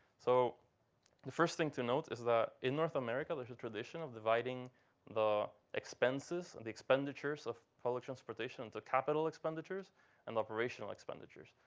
so the first thing to note is that, in north america, there's a tradition of dividing the expenses and the expenditures of public transportation into capital expenditures and operational expenditures.